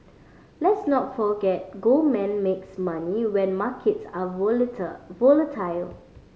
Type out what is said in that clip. let's not forget Goldman makes money when markets are volatile